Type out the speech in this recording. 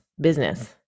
business